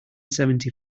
seventy